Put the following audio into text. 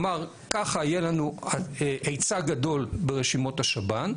ככה יהיה לנו היצע גדול ברשימות השב"ן,